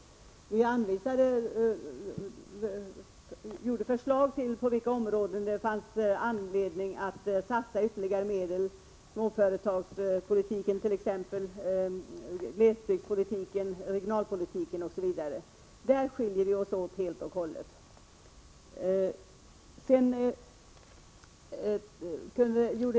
Vi anvisade på vilka områden det fanns anledning att satsa ytterligare medel. Det gällde småföretagspolitiken, glesbygdspolitiken, regionalpolitiken, osv. På denna punkt skiljer vi oss åt helt och hållet.